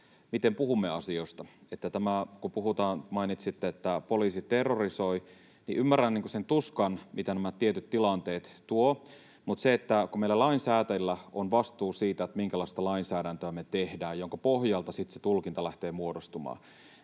miten puhumme asioista. Kun mainitsitte, että poliisi terrorisoi, niin ymmärrän sen tuskan, mitä nämä tietyt tilanteet tuovat, mutta kun meillä lainsäätäjillä on vastuu siitä, minkälaista lainsäädäntöä me tehdään, jonka pohjalta sitten se tulkinta lähtee muodostumaan,